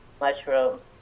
mushrooms